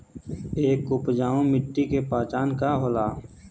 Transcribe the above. एक उपजाऊ मिट्टी के पहचान का होला?